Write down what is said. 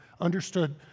understood